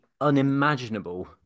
unimaginable